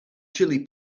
chili